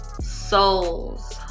souls